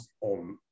on